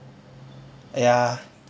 ya